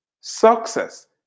Success